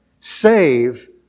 Save